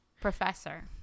professor